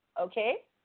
okay